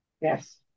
Yes